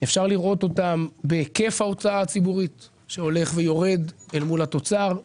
שאפשר לראות בהיקף ההוצאה הציבורית שהולך ויורד אל מול התוצר,